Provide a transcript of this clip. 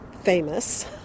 famous